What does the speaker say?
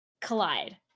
collide